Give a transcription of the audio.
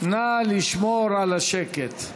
נא לשמור על השקט.